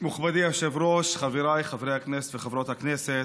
מכובדי היושב-ראש, חבריי חברי הכנסת וחברות הכנסת,